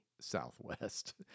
southwest